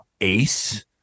ace